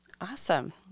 Awesome